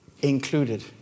included